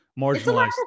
marginalized